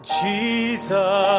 Jesus